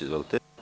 Izvolite.